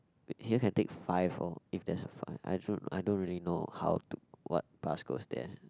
here can take five four if there's a five I don't I don't really know how to what bus goes there